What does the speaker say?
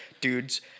dudes